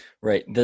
Right